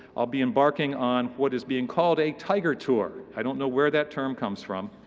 ah be embarking on what is being called a tiger tour. i don't know where that term comes from.